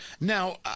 Now